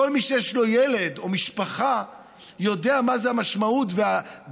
כל מי שיש לו ילד או משפחה יודע מה המשמעות והדאגה,